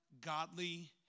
Godly